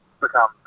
become